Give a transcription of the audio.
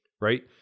right